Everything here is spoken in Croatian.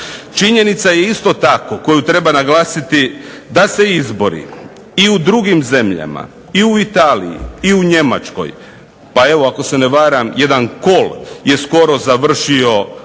Činjenica je isto tako koju treba naglasiti da se izbori i u drugim zemljama, i u Italiji i u Njemačkoj pa evo ako se ne varam jedan Kohl je skoro završio u